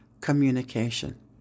communication